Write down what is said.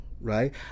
right